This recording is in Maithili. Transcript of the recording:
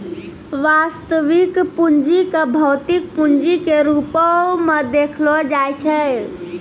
वास्तविक पूंजी क भौतिक पूंजी के रूपो म देखलो जाय छै